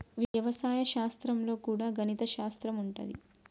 వ్యవసాయ శాస్త్రం లో కూడా గణిత శాస్త్రం ఉంటది